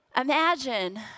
imagine